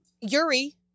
Yuri